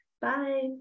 Bye